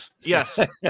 yes